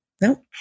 Nope